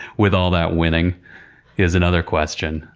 with all that winning is another question.